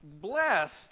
blessed